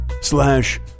slash